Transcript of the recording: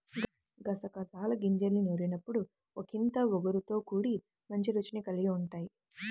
గసగసాల గింజల్ని నూరినప్పుడు ఒకింత ఒగరుతో కూడి మంచి రుచిని కల్గి ఉంటయ్